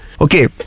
Okay